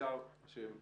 אתם רואים?